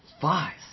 Five